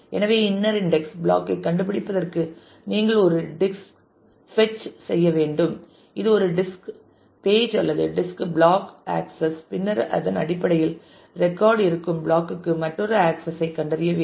எனவே inner index block ஐ கண்டுபிடிப்பதற்கு நீங்கள் ஒரு டிஸ்க் பெட்ச் செய்ய வேண்டும் இது ஒரு டிஸ்க் பேஜ் அல்லது டிஸ்க் பிளாக் ஆக்சஸ் பின்னர் அதன் அடிப்படையில் ரெக்கார்ட் இருக்கும் பிளாக் க்கு மற்றொரு ஆக்சஸ் ஐ கண்டறிய வேண்டும்